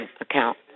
account